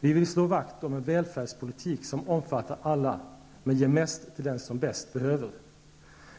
Vi vill slå vakt om en välfärdspolitik som omfattar alla men ger mest till den som bäst behöver. --